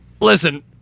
Listen